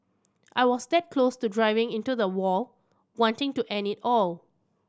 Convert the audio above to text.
I was that close to driving into the wall wanting to end it all